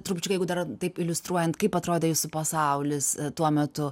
trupučiuką jeigu dar taip iliustruojant kaip atrodė jūsų pasaulis tuo metu